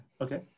Okay